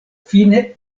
fine